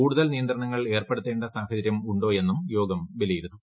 കൂടുതൽ നിയന്ത്രണങ്ങൾ ഏർപ്പെടുത്തേണ്ട സാഹചര്യമുണ്ടോയെന്നും യോഗം വിലയിരുത്തും